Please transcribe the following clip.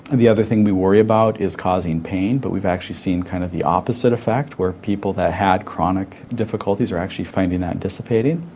and the other thing we worry about is causing pain. but we've actually seen kind of the opposite effect, where people that had chronic difficulties are actually finding that dissipating.